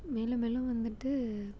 மேலும் மேலும் வந்துட்டு